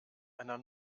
einer